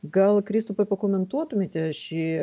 gal kristupai pakomentuotumėte šį